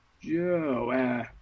Joe